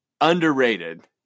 underrated